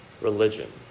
religion